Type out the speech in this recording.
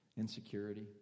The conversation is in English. insecurity